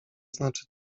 znaczy